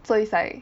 so is like